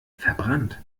verbrannt